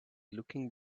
looking